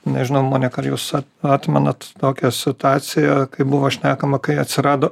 nežinau monika ar jūs atmenat tokią situaciją kai buvo šnekama kai atsirado